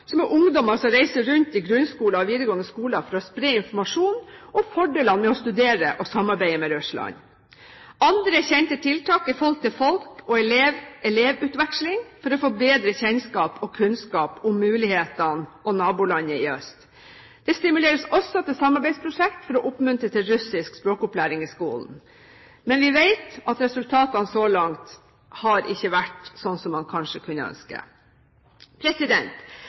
som er ungdommer som reiser rundt til grunnskoler og videregående skoler for å spre informasjon om fordelene med å studere og samarbeide med Russland. Andre kjente tiltak er folk-til-folk-samarbeid og elev-til-elev-utveksling for å få bedre kjennskap og kunnskap om mulighetene og nabolandet i øst. Det stimuleres også til samarbeidsprosjekt for å oppmuntre til russisk språkopplæring i skolen, men vi vet at resultatene så langt ikke har vært som vi kanskje kunne ønske.